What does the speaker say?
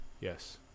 yes